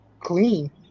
clean